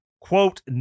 quote